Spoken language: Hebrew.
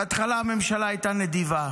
בהתחלה הממשלה הייתה נדיבה,